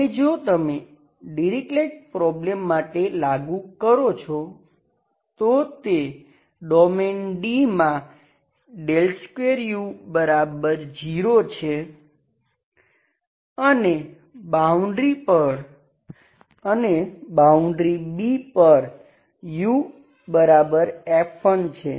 હવે જો તમે ડીરીક્લેટ પ્રોબ્લેમ માટે લાગું કરો છો તો તે ડોમેઇન D માં 2u0 છે અને બાઉન્ડ્રી B પર uf1 છે